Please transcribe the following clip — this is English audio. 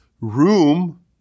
room